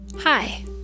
Hi